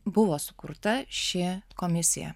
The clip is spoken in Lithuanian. buvo sukurta ši komisija